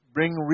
bring